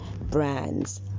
brands